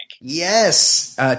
Yes